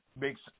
makes